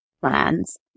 plans